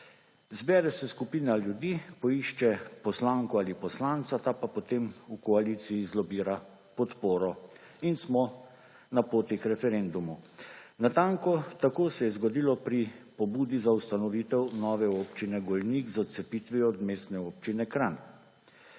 Zbere se skupina ljudi, poišče poslanko ali poslanca, ta pa potem v koaliciji zlobira podporo. In smo na poti k referendumu. Natanko tako se je zgodilo pri pobudi za ustanovitev nove Občine Golnik z odcepitvijo od Mestne občine Kranj.